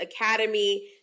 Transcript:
Academy